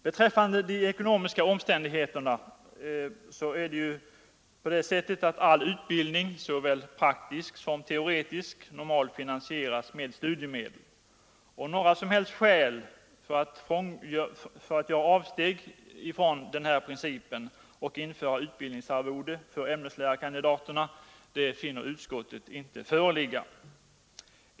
Beträffande de ekonomiska omständigheterna vill jag säga att all utbildning, såväl praktisk som teoretisk, finansieras med studiemedel. Utskottet kan inte finna att det föreligger några som helst skäl för att göra avsteg från den principen och införa utbildningsarvode för ämneslärarkandidaterna.